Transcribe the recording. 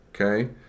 okay